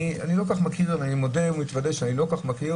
אני מודה ומתודה שאני לא כל כך מכיר